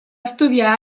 estudiar